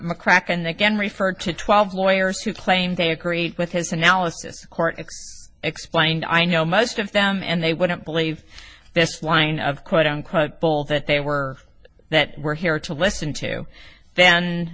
mccracken again refer to twelve lawyers who claim they agree with his analysis court it's explained i know most of them and they wouldn't believe this line of quote unquote bull that they were that we're here to listen to then